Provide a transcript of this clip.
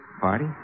Party